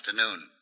afternoon